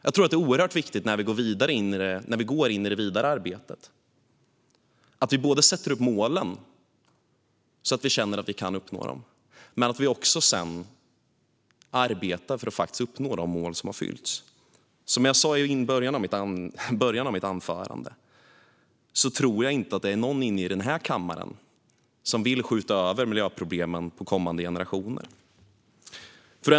Jag tror att det är oerhört viktigt när vi går vidare i arbetet att vi sätter målen så att vi känner att vi kan uppnå dem men också att vi faktiskt arbetar för att uppnå de mål vi satt upp. Som jag sa i början av mitt anförande tror jag inte det är någon i den här salen som vill skjuta över miljöproblemen på kommande generationer.